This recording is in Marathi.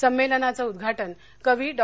संमेलनाचं उद्घाटन कवी डॉ